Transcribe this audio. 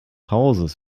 hauses